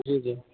जी जी